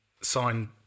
signed